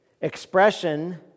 expression